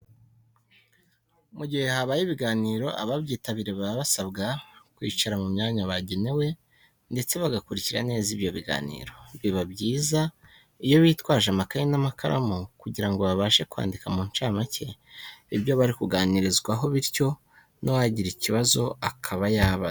Mu gihe habaye ibiganiro, ababyitabiriye baba basabwa kwicara mu myanya bagenewe ndetse bagakurikira neza ibyo biganiro. Biba byiza iyo bitwaje amakaye n'amakaramu kugira ngo babashe kwandika mu ncamake ibyo bari kuganirizwaho bityo n'uwagira ikibazo akaba yabaza.